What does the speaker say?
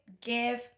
give